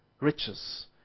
riches